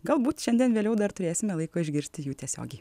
galbūt šiandien vėliau dar turėsime laiko išgirsti jų tiesiogiai